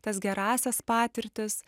tas gerąsias patirtis